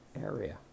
area